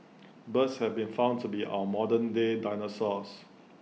birds have been found to be our modern day dinosaurs